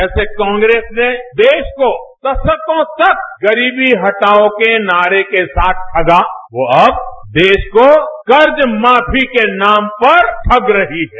जैसे कांग्रेस ने देश को दशकों तक गरीबी हटाओ के नारे के साथ ठगा वो अब देश को कर्ज माफी के नाम पर ठग रही है